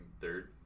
third